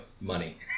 money